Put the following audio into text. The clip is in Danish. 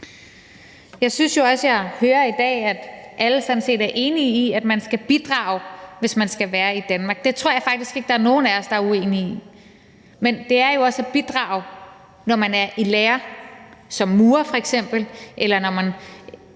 Jeg synes jo også, jeg i dag hører, at alle sådan set er enige i, at man skal bidrage, hvis man skal være i Danmark. Det tror jeg faktisk ikke der er nogen af os der er uenige i, men det er jo også at bidrage, når man er i lære som f.eks. murer, eller når man